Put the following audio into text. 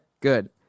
Good